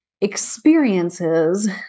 experiences